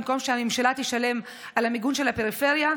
במקום שהממשלה תשלם על המיגון של הפריפריה.